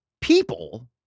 people